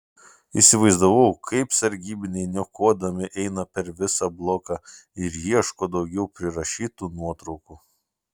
įsivaizdavau kaip sargybiniai niokodami eina per visą bloką ir ieško daugiau prirašytų nuotraukų